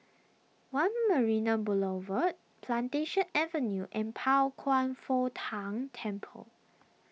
one Marina Boulevard Plantation Avenue and Pao Kwan Foh Tang Temple